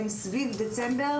יהיו סביב דצמבר,